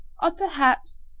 are, perhaps,